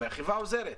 ואכיפה עוזרת,